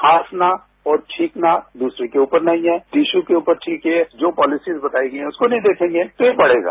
खांसना और छींकना दूसरे के ऊपर नहीं है टीशू के ऊपर छींकिए जो पोलिसिज बताई गई हैं उसको नहींदेखेंगे तो ये बढ़ेगा